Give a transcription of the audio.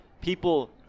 people